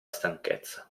stanchezza